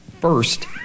first